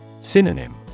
Synonym